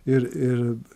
ir ir